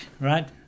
right